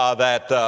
ah that,